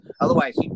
Otherwise